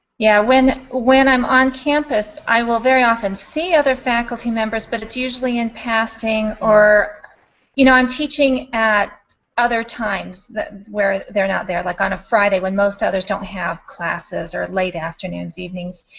yeah, when ah when i'm on campus i will very often see other faculty members, but it's usually in passing or you know i'm teaching at other times where they're not there like on a friday when most others don't have classes or late afternoons, evenings.